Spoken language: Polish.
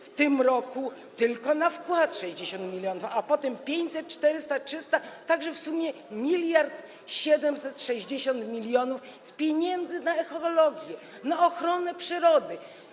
W tym roku tylko na wkład 60 mln, a potem 500, 400, 300, tak że w sumie 1760 mln z pieniędzy na ekologię, na ochronę przyrody.